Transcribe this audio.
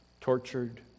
tortured